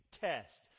test